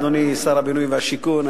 אדוני שר הבינוי והשיכון,